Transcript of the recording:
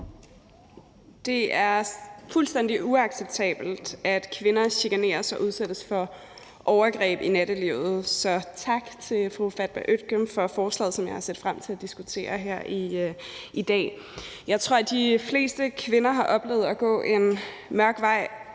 Det er fuldstændig uacceptabelt, at kvinder chikaneres og udsættes for overgreb i nattelivet. Så tak til fru Fatma Øktem for forslaget, som jeg har set frem til at diskutere her i dag. Jeg tror, at de fleste kvinder har oplevet at gå på en mørk vej